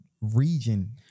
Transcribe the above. region